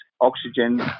oxygen